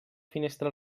finestra